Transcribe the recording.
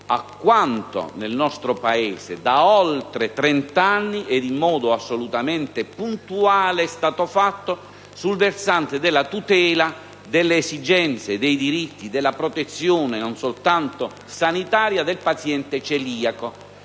a quanto nel nostro Paese da oltre trent'anni e in modo assolutamente puntuale è stato fatto sul versante della tutela delle esigenze e dei diritti e della protezione non soltanto sanitaria del paziente celiaco: